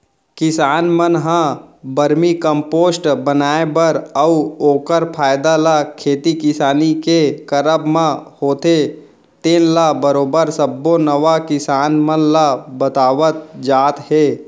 किसान मन ह वरमी कम्पोस्ट बनाए बर अउ ओखर फायदा ल खेती किसानी के करब म होथे तेन ल बरोबर सब्बो नवा किसान मन ल बतावत जात हे